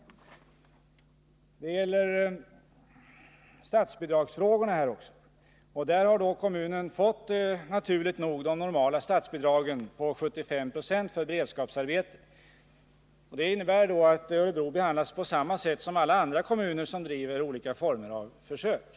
När det gäller statsbidragen har kommunen naturligt nog fått de normala statsbidragen på 75 20 för beredskapsarbete. Det innebär att Örebro Nr 111 behandlas på samma sätt som alla andra kommuner som driver olika former av försöksverksamhet.